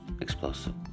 explosive